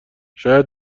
شاید